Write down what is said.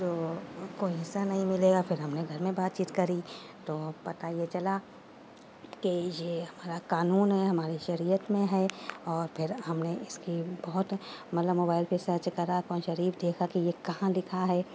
جو کوئی حصہ نہیں ملے گا پھر ہم نے گھر میں بات چیت کری تو پتا یہ چلا کہ یہ ہمارا قانون ہے ہمارے شریعت میں ہے اور پھر ہم نے اس کی بہت مطلب موبائل پہ سرچ کرا قرآن شریف دیکھا یہ کہاں لکھا ہے